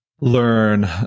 learn